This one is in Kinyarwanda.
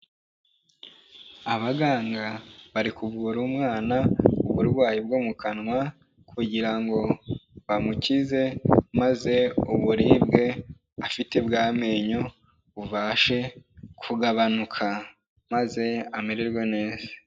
Abaganga bari kuvura umwana uburwayi bwo mu kanwa, kugira ngo bamukize maze uburibwe afite bw'amenyo bubashe kugabanuka. Maze amererwe neza.